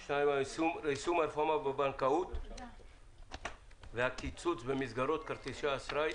הנושא השני הוא יישום הרפורמה בבנקאות והקיצוץ במסגרות כרטיסי האשראי.